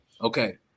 Okay